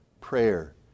prayer